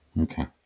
Okay